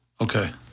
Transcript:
Okay